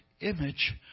image